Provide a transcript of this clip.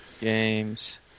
Games